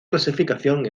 clasificación